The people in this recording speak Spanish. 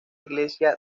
iglesia